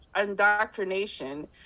indoctrination